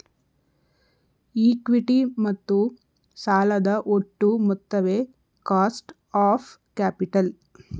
equity ಮತ್ತು ಸಾಲದ ಒಟ್ಟು ಮೊತ್ತವೇ ಕಾಸ್ಟ್ ಆಫ್ ಕ್ಯಾಪಿಟಲ್